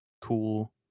Cool